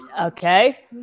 Okay